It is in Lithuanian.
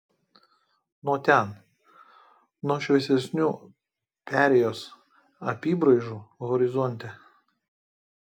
nuo ten nuo šviesesnių perėjos apybraižų horizonte